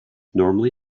normally